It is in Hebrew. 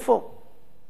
באלף הקודם,